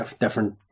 different